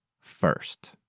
first